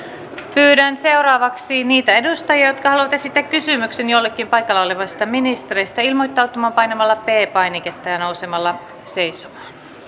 pyydän seuraavaksi niitä edustajia jotka haluavat esittää kysymyksen jollekin paikalla olevista ministereistä ilmoittautumaan painamalla p painiketta ja nousemalla seisomaan